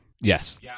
Yes